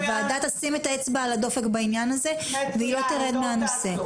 הוועדה תשים את האמצע על הדופק בעניין הזה והיא לא תרד מהנושא.